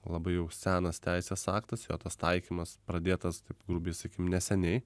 labai jau senas teisės aktas jo tas taikymas pradėtas taip grubiai sakykim neseniai